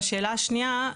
והשאלה השנייה,